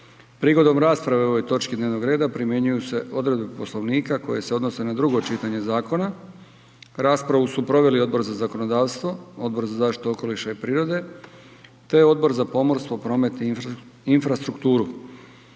Prigodom rasprave o ovoj točki dnevnog reda primjenjuju se odredbe Poslovnika koje se odnose na prvo čitanje zakona. Raspravu su proveli Odbor za zakonodavstvo i Odbor za pravosuđe. Molio bih sada predstavnika